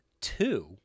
two